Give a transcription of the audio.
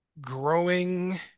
growing